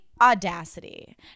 audacity